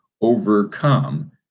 overcome